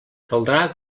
caldrà